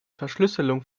verschlüsselung